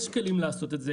יש כלים לעשות את זה,